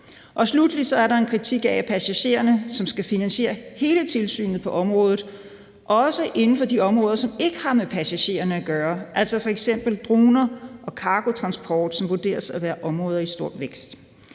Sluttelig er der en kritik af, at passagererne skal finansiere hele tilsynet på området. Det gælder også inden for de områder, som ikke har med passagererne at gøre, altså f.eks. droner og cargotransport, som vurderes at være områder i stor vækst.